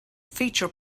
feature